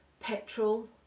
Petrol